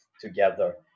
together